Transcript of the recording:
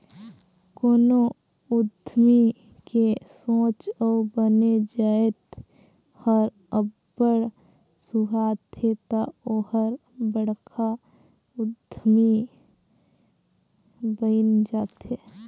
कोनो उद्यमी के सोंच अउ बने जाएत हर अब्बड़ सुहाथे ता ओहर बड़खा उद्यमी बइन जाथे